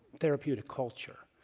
therapeutic culture,